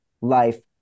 life